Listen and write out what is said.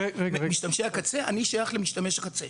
משתמשי הקצה אני שייך למשתמשי הקצה.